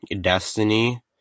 Destiny